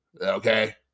okay